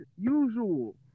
usual